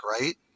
right